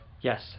Yes